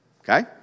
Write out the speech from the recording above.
Okay